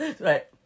Right